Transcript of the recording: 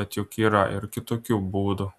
bet juk yra ir kitokių būdų